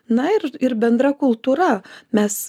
na ir ir bendra kultūra mes